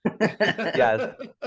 Yes